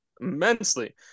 immensely